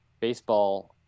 baseball